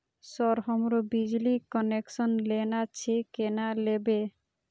Sir हमरो बिजली connection लेना छे केना लेबे?